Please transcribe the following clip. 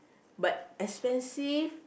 but expensive